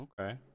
okay